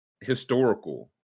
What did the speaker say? historical